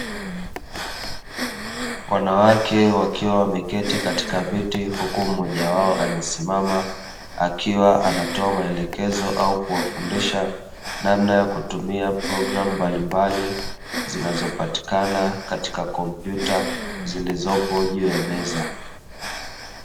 Wanawake wakiwa wameketi katika viti, huku mmoja wao amesimama akiwa anatoa maelekezo au kuwafundisha namna ya kutumia programu mbalimbali, zinazo patikana katika komputa zilizopo juu ya meza.